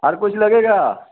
और कुछ लगेगा